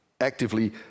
actively